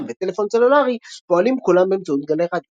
מכ"ם וטלפון סלולרי פועלים כולם באמצעות גלי רדיו.